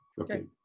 Okay